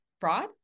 fraud